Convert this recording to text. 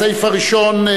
הסעיף הראשון,